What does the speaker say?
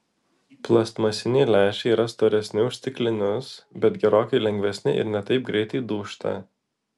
plastmasiniai lęšiai yra storesni už stiklinius bet gerokai lengvesni ir ne taip greitai dūžta